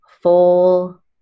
full